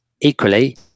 equally